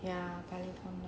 ya பழைய:pazhaiya phone leh